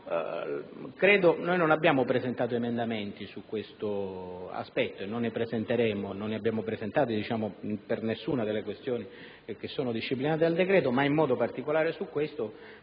intervenire; non abbiamo presentato emendamenti su tale aspetto e non ne presenteremo; non ne abbiamo presentati per nessuna delle questioni che sono disciplinate dal decreto-legge, ma in modo particolare su questo